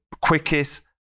quickest